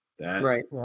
Right